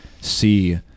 see